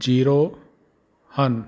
zero ਹਨ